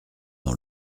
dans